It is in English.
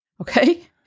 Okay